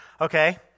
Okay